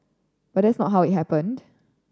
but that is not how it happened